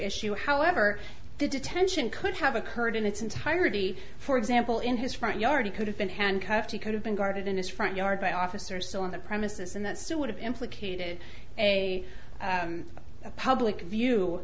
issue however the detention could have occurred in its entirety for example in his front yard he could have been handcuffed he could have been guarded in his front yard by officers on the premises and that still would have implicated a public view